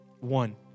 One